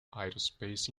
aerospace